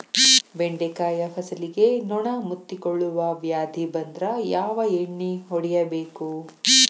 ಬೆಂಡೆಕಾಯ ಫಸಲಿಗೆ ನೊಣ ಮುತ್ತಿಕೊಳ್ಳುವ ವ್ಯಾಧಿ ಬಂದ್ರ ಯಾವ ಎಣ್ಣಿ ಹೊಡಿಯಬೇಕು?